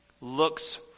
looks